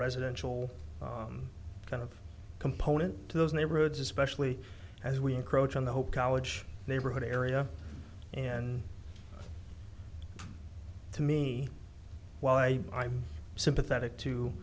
residential kind of component to those neighborhoods especially as we encroach on the whole college neighborhood area and to me while i i'm sympathetic to